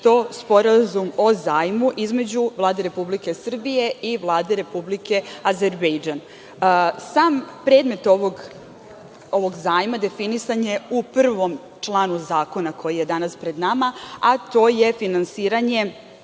to sporazum o zajmu između Vlade Republike Srbije i Vlade Republike Azerbejdžan. Sam predmet ovog zajma definisan je u prvom članu zakona koji je danas pred nama, a to je finansiranje